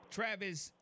Travis